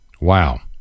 Wow